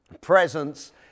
presence